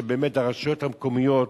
שבאמת הרשויות המקומיות,